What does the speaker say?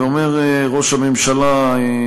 ואומר ראש הממשלה,